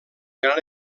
gran